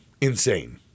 insane